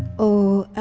oh,